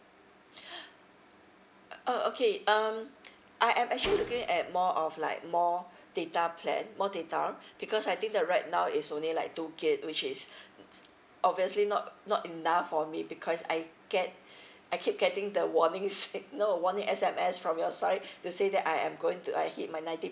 uh okay um I am actually looking at more of like more data plan more data because I think the right now is only like two gig which is obviously not not enough for me because I get I keep getting the warning signal or warning S_M_S from your side to say that I am going to like hit my ninety